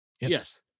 yes